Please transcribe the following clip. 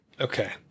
Okay